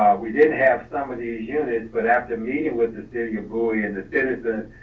we didn't have some of these units, but after meeting with the city of bowie and the citizen,